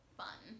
fun